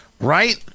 Right